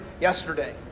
yesterday